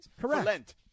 Correct